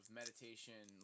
meditation